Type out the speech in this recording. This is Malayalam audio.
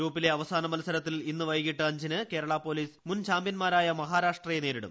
ഗ്രൂപ്പിലെ അവസാന മത്സരത്തിൽ ഇന്ന് വൈകിട്ട് അഞ്ചിന് കേരളാ പൊലീസ് മുൻ ചാമ്പ്യാൻമാരായ മഹാരാഷ്ട്രയെ നേരിടും